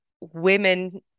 women